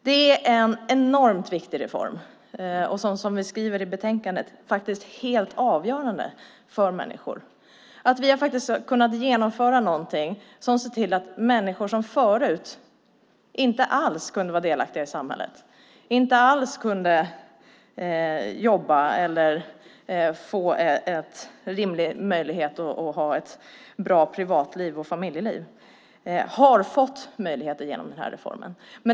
Det är en enormt viktig reform, och det är som vi skriver i betänkandet helt avgörande för människor att vi har kunnat genomföra någonting som gör att människor som förut inte alls kunde vara delaktiga i samhället, inte alls kunde jobba eller få en rimlig möjlighet till bra privatliv och familjeliv har fått möjlighet till det genom reformen.